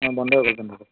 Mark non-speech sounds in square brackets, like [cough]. অঁ বন্ধ [unintelligible]